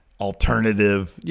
alternative